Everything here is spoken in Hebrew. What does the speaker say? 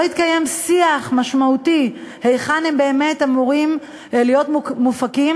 לא התקיים שיח משמעותי היכן הן באמת אמורות להיות מופקות